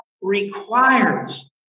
requires